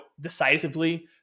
decisively